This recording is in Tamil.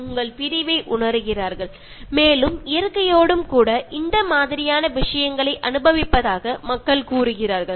உங்கள் பிரிவை உணருகிறார்கள் மேலும் இயற்கையோடும் கூட இந்த மாதிரியான விஷயங்களை அனுபவிப்பதாக மக்கள் கூறுகிறார்கள்